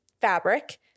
fabric